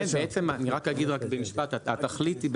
התכלית,